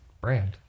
brand